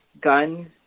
guns